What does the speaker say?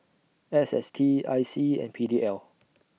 S S T I C and P D L